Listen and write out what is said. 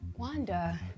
Wanda